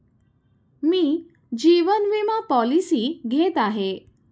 मी जीवन विमा पॉलिसी घेत आहे